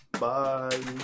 Bye